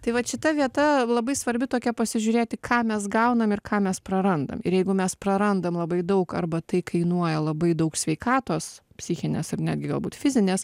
tai vat šita vieta labai svarbi tokia pasižiūrėti ką mes gaunam ir ką mes prarandam ir jeigu mes prarandam labai daug arba tai kainuoja labai daug sveikatos psichinės ir netgi galbūt fizinės